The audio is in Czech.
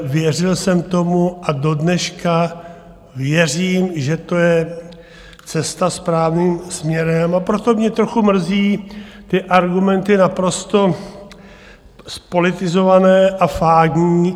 Věřil jsem tomu a dodneška věřím, že to je cesta správným směrem, a proto mě trochu mrzí ty argumenty naprosto zpolitizované a fádní.